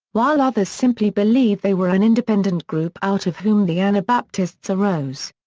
while others simply believe they were an independent group out of whom the anabaptists arose.